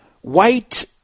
white